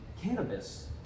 cannabis